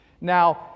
Now